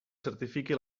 certifiqui